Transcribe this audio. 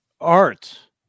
art